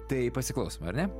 tai pasiklausom ar ne